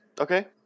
okay